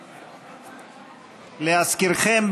להזכירכם,